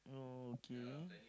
oh okay